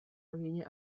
rodině